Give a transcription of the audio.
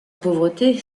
pauvreté